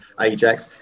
Ajax